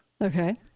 Okay